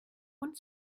und